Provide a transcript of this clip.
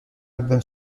album